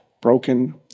broken